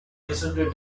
masonry